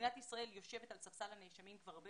מדינת ישראל יושבת על ספסל הנאשמים כבר הרבה